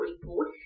report